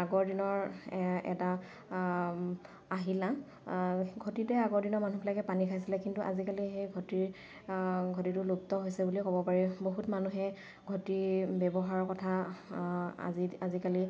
আগৰ দিনৰ এটা আহিলা ঘটিতে আগৰ দিনৰ মানুহবিলাকে পানী খাইছিলে কিন্তু আজিকালি সেই ঘটিৰ ঘটিটো লুপ্ত হৈছে বুলিয়ে ক'ব পাৰি বহুত মানুহে ঘটি ব্যৱহাৰৰ কথা আজি আজিকালি